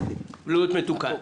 להיות מתוקן.